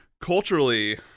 culturally